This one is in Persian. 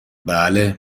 بله